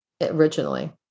originally